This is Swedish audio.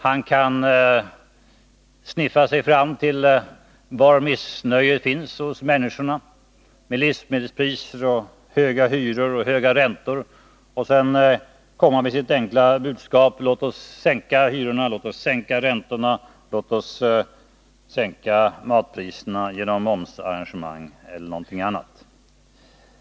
Han kan ”sniffa” sig fram till var det finns missnöje bland människorna, det må gälla livsmedelspriser, höga hyror eller höga räntor, för att sedan komma med sitt enkla budskap: Låt oss sänka hyrorna och räntorna och låt oss sänka matpriserna genom momsarrangemang eller någonting annat.